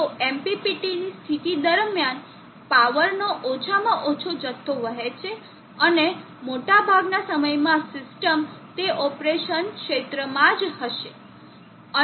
તો MPPT ની સ્થિતિ દરમિયાન પાવરનો ઓછામાં ઓછો જથ્થો વહે છે અને મોટા ભાગના સમયમાં સીસ્ટમ તે ઓપરેશનના ક્ષેત્રમાં જ હશે